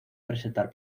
presentar